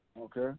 Okay